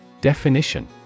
definition